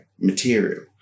material